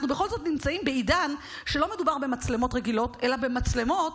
אנחנו בכל זאת נמצאים בעידן שלא מדובר במצלמות רגילות אלא במצלמות